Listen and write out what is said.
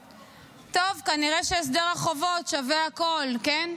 טוב, כנראה שהסדר החובות שווה הכול, כן?